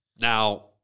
Now